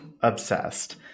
obsessed